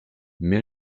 mais